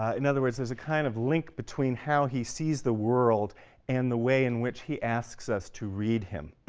um in other words, there's a kind of link between how he sees the world and the way in which he asks us to read him.